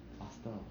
faster